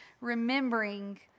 remembering